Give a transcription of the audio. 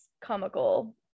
comical